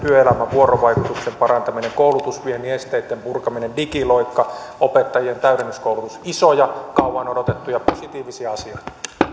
työelämän vuorovaikutuksen parantaminen koulutusviennin esteitten purkaminen digiloikka opettajien täydennyskoulutus isoja kauan odotettuja positiivisia asioita